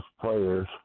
players